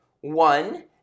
one